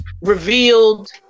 revealed